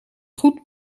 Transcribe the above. goed